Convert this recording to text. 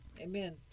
Amen